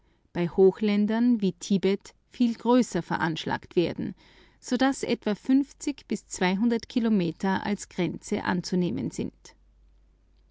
bei hochländern wie tibet viel größer veranschlagt werden so daß etwa kilometer als grenzen anzunehmen sind